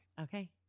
Okay